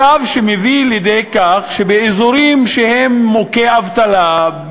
נוצר מצב שמביא לידי כך שבאזורים שהם מוכי אבטלה,